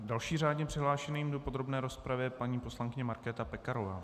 Další řádně přihlášená do podrobné rozpravy je paní poslankyně Markéta Pekarová.